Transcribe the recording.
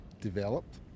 developed